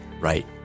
right